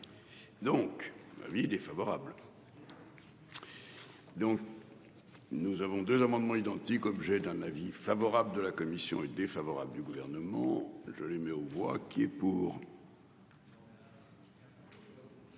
Donc, avis défavorable. Donc. Nous avons 2 amendements identiques, objet d'un avis favorable de la commission est défavorable du gouvernement. Je les mets aux voix qui est pour.